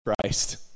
Christ